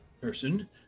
person